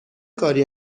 کاری